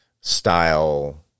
style